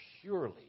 purely